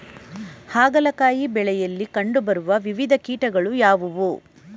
ಹಾಗಲಕಾಯಿ ಬೆಳೆಯಲ್ಲಿ ಕಂಡು ಬರುವ ವಿವಿಧ ಕೀಟಗಳು ಯಾವುವು?